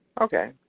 Okay